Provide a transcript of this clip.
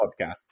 podcast